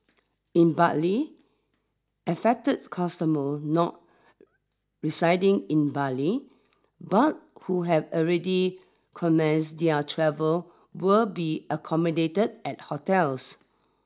in Bali affected customer not residing in Bali but who have already commenced their travel will be accommodated at hotels